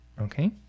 Okay